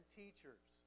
teachers